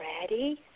ready